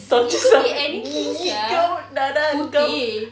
gigi [siol] putih